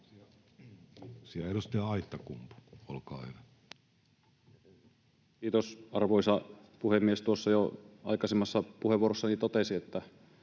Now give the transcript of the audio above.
— Edustaja Aittakumpu, olkaa hyvä. Kiitos, arvoisa puhemies! Tuossa jo aikaisemmassa puheenvuorossani totesin ja